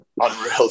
unreal